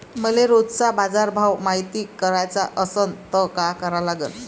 मले रोजचा बाजारभव मायती कराचा असन त काय करा लागन?